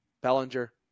Bellinger